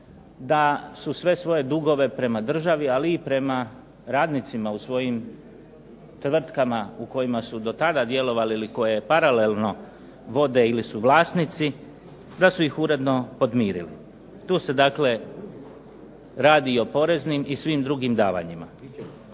da su sve svoje dugove prema državi, ali i prema radnicima u svojim tvrtkama u kojima su do tada djelovali ili koje paralelno vode ili su vlasnici, da su ih uredno podmirili. Tu se dakle radi o poreznim i svim drugim davanjima.